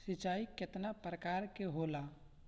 सिंचाई केतना प्रकार के होला?